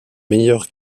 meilleur